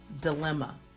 dilemma